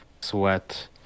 sweat